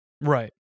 Right